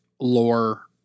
lore